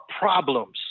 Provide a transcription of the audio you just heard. problems